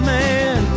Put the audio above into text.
man